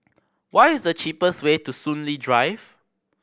what is the cheapest way to Soon Lee Drive